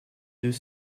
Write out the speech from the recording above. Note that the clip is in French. deux